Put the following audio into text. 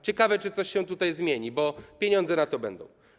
Ciekawe, czy coś się tutaj zmieni, bo pieniądze na to będą.